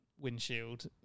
windshield